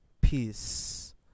Peace